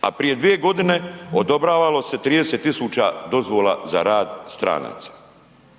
A prije 2 godine odobravalo se 30 tisuća dozvola za rad stranaca.